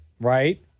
Right